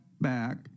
back